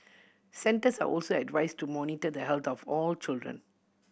centres are also advised to monitor the health of all children